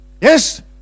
Yes